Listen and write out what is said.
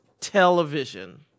television